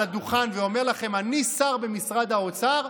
הדוכן ואומר לכם: אני שר במשרד האוצר,